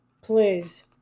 please